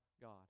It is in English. God